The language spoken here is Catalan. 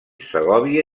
segòvia